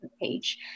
page